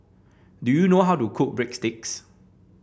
do you know how to cook Breadsticks